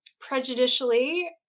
prejudicially